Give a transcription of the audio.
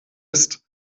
ist